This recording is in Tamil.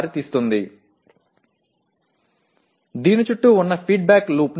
இதைச் சுற்றியுள்ள பின்னூட்ட வளைவை நாங்கள் இங்கே காட்டவில்லை